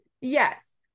Yes